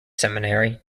seminary